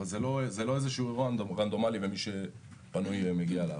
אבל זה לא איזשהו אירוע רנדומלי ומי שפנוי מגיע לעבודה.